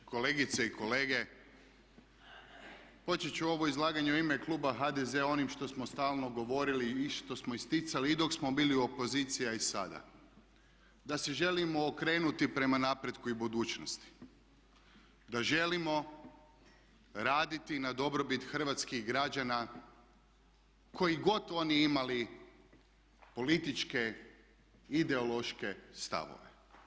Kolegice i kolege, počet ću ovo izlaganje u ime kluba HDZ-a onim što smo stalno govorili i što smo isticali i dok smo bili opozicija i sada da se želimo okrenuti prema napretku i budućnosti, da želimo raditi na dobrobit hrvatskih građana koji god oni imali političke, ideološke stavove.